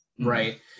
right